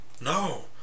No